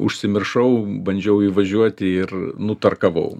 užsimiršau bandžiau įvažiuoti ir nutarkavau